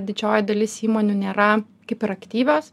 didžioji dalis įmonių nėra kaip ir aktyvios